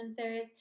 influencers